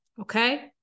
okay